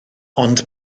ond